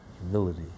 humility